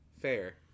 fair